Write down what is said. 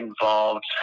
involved